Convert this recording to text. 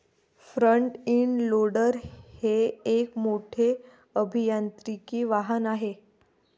front end loader हे एक मोठे अभियांत्रिकी वाहन आहे